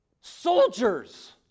Soldiers